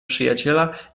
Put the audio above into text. przyjaciela